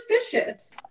suspicious